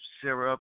syrup